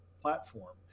platform